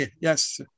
Yes